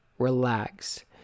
relax